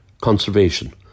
conservation